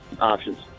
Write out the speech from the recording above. options